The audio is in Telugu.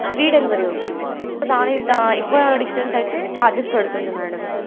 ఫ్రీ డెలివరీ ఉంటుంది సో దాని ఎక్కువ డిస్టెన్స్ అయితే ఛార్జెస్ పడుతుంది మ్యాడమ్